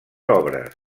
obres